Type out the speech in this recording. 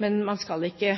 men man skal ikke